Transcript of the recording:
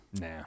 Nah